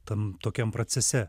tam tokiam procese